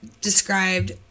described